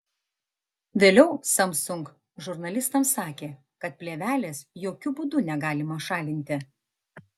vėliau samsung žurnalistams sakė kad plėvelės jokiu būdu negalima šalinti